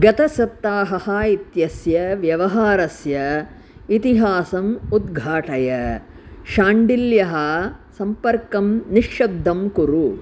गत सप्ताहः इत्यस्य व्यवहारस्य इतिहासम् उद्घाटय शाण्डिल्यः सम्पर्कं निःशब्दं कुरु